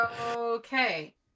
Okay